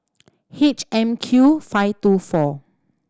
H M Q five two four